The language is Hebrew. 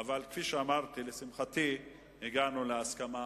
אבל כפי שאמרתי, לשמחתי הגענו להסכמה